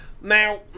now